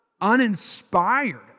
uninspired